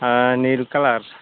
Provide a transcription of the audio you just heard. ᱱᱤᱞ colour